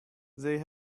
they